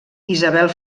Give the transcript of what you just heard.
isabel